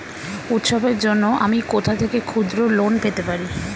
উৎসবের জন্য আমি কোথা থেকে ক্ষুদ্র লোন পেতে পারি?